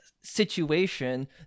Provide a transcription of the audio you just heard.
situation